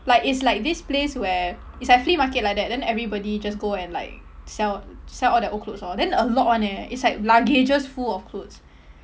like it's like this place where it's like flea market like that then everybody just go and like sell sell all their old clothes orh then a lot [one] eh it's like luggages full of clothes